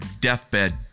deathbed